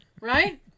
right